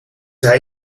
hij